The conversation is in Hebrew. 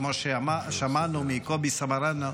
כמו ששמענו מקובי סמרנו,